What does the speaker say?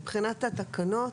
מבחינת ההוראות,